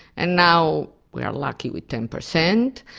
and now we are lucky with ten percent.